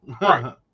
Right